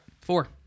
four